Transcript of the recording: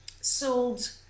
sold